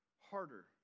harder